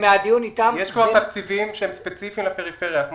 יש כבר תקציבים שהם ספציפיים לפריפריה.